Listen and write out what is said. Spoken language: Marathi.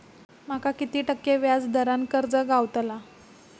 माका किती टक्के व्याज दरान कर्ज गावतला?